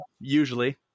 Usually